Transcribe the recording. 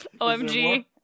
OMG